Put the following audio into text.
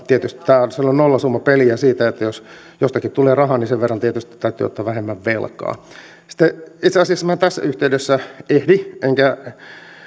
tietysti tämä on silloin nollasummapeliä jos jostakin tulee rahaa niin sen verran tietysti täytyy ottaa vähemmän velkaa itse asiassa minä en tässä yhteydessä ehdi enkä